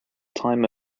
time